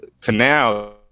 canal